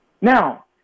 now